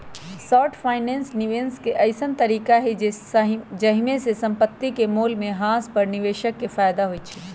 short finance निवेश के अइसँन तरीका हइ जाहिमे संपत्ति के मोल ह्रास पर निवेशक के फयदा होइ छइ